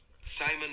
Simon